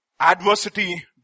adversity